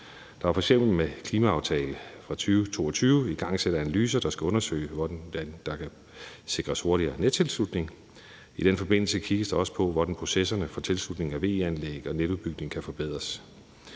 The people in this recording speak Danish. Der er f.eks. med klimaaftalen fra 2022 igangsat analyser, der skal undersøge, hvordan der kan sikres hurtigere nettilslutning. I den forbindelse kigges der også på, hvordan processerne for tilslutning af VE-anlæg og netudbygning kan forbedres.